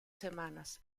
semanas